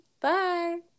Bye